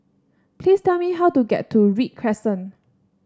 please tell me how to get to Read Crescent